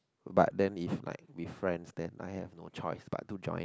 but then if like with friends then I have no choice but to join